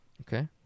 Okay